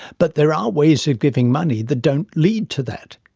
but there are ways of giving money that don't lead to that.